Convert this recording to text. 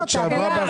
שאלה.